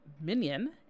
minion